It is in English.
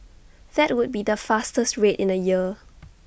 that would be the fastest rate in A year